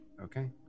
okay